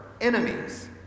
enemies